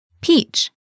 Peach